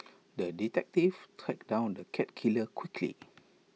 the detective tracked down the cat killer quickly